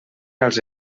als